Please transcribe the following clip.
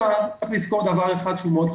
צריך לזכור דבר חשוב מאוד: